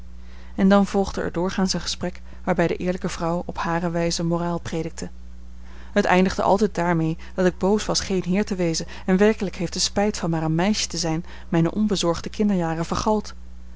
en dan volgde er doorgaans een gesprek waarbij de eerlijke vrouw op hare wijze moraal predikte het eindigde altijd daarmee dat ik boos was geen heer te wezen en werkelijk heeft de spijt van maar een meisje te zijn mijne onbezorgde kinderjaren